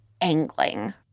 angling